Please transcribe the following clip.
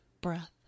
breath